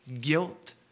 guilt